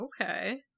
okay